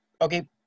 Okay